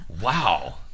Wow